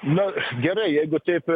na gerai jeigu taip